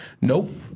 Nope